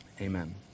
amen